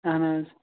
اَہَن حظ